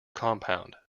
compound